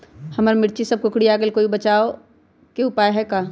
हमर मिर्ची सब कोकररिया गेल कोई बचाव के उपाय है का?